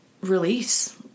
release